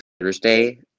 Thursday